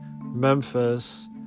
Memphis